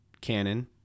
cannon